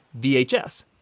VHS